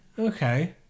Okay